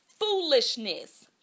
foolishness